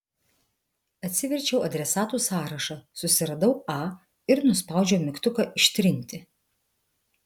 atsiverčiau adresatų sąrašą susiradau a ir nuspaudžiau mygtuką ištrinti